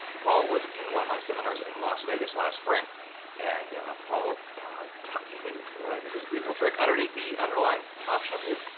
paul was in one of my seminars in las vegas last spring and paul taught me what i think is a beautiful trick. underneath the underlying option up here,